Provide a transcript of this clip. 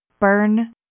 Burn